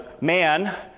man